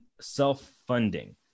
self-funding